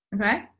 Okay